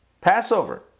Passover